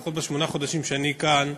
לפחות בשמונת החודשים שאני כאן,